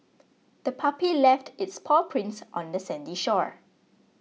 the puppy left its paw prints on the sandy shore